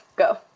Go